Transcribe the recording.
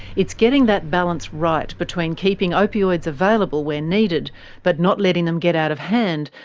it's getting that balance right, between keeping opioids available where needed but not letting them get out of hand,